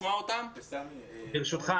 ברשותך,